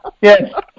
yes